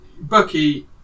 Bucky